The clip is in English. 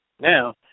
Now